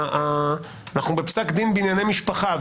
אם אנחנו בפסק דין בענייני משפחה,